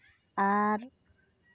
ᱟᱨ